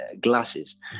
glasses